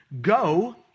go